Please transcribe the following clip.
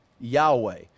Yahweh